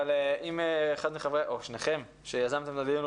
אבל אם שניכם שיזמתם את הדיון,